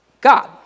God